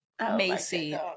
Macy